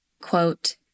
quote